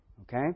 Okay